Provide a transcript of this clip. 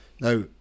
Now